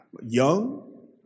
Young